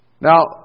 Now